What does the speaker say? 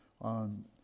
on